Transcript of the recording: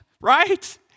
right